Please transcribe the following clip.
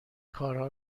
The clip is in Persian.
کارها